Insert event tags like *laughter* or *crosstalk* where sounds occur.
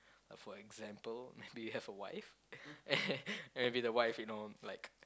uh for example maybe you have a wife *laughs* and maybe the wife you know like